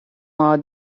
law